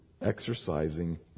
exercising